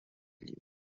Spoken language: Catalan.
lliure